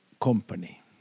company